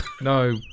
no